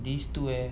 these two eh